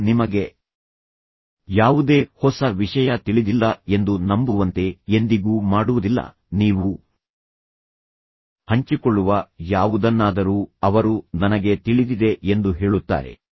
ಅವರು ನಿಮಗೆ ಯಾವುದೇ ಹೊಸ ವಿಷಯ ತಿಳಿದಿಲ್ಲ ಎಂದು ನಂಬುವಂತೆ ಎಂದಿಗೂ ಮಾಡುವುದಿಲ್ಲ ನೀವು ಹಂಚಿಕೊಳ್ಳುವ ಯಾವುದನ್ನಾದರೂ ಅವರು ನನಗೆ ತಿಳಿದಿದೆ ಎಂದು ಹೇಳುತ್ತಾರೆ